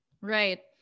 Right